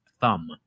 thumb